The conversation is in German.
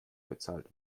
bezahlt